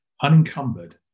Unencumbered